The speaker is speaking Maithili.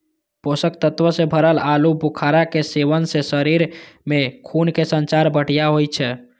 पोषक तत्व सं भरल आलू बुखारा के सेवन सं शरीर मे खूनक संचार बढ़िया होइ छै